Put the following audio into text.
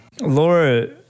Laura